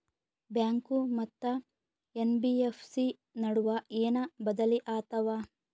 Bank ಮತ್ತ NBFC ನಡುವ ಏನ ಬದಲಿ ಆತವ?